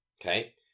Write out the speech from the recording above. Okay